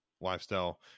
lifestyle